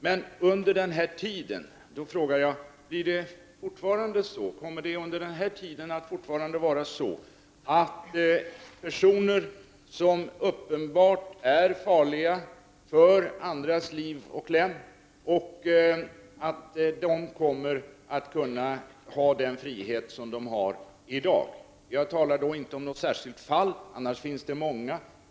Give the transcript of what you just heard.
Men kommer det under tiden att vara så att de personer som är uppenbart farliga för andras liv och lem har den frihet som de har i dag? Jag talar inte om något särskilt fall, men det finns många.